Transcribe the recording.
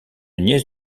nièce